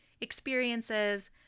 experiences